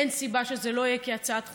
אין סיבה שזה לא יהיה כהצעת חוק.